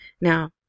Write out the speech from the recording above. Now